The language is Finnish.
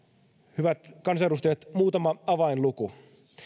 hyvät kansanedustajat muutama avainluku